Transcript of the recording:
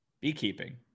Beekeeping